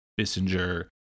Bissinger